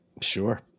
Sure